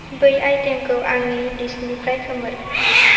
बै आइटेमखौ आंनि लिस्टनिफ्राय खोमोर